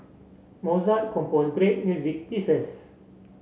Mozart composed great music pieces